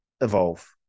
evolve